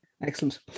Excellent